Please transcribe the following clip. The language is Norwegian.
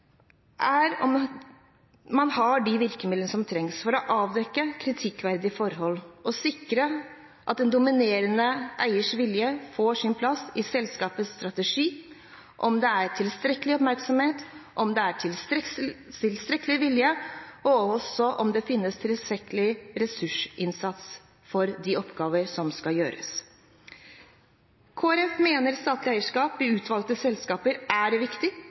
er om man har de virkemidlene som trengs for å avdekke kritikkverdige forhold og sikre at den dominerende eiers vilje får sin plass i selskapets strategi, om det er tilstrekkelig oppmerksomhet, om det er tilstrekkelig vilje, og også om det finnes tilstrekkelig ressursinnsats for de oppgaver som skal gjøres. Kristelig Folkeparti mener statlig eierskap i utvalgte selskaper er viktig